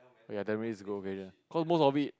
oh ya that means good occasion cause most of it